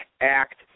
act